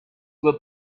were